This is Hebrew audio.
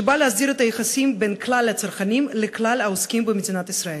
שבא להסדיר את היחסים בין כלל הצרכנים לכלל העוסקים במדינת ישראל.